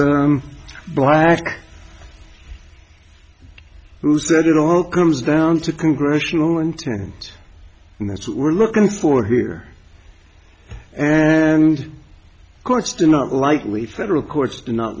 this black who said it all comes down to congressional intent and that's what we're looking for here and courts do not likely federal courts do not